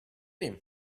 him